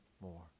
more